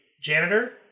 janitor